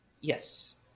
yes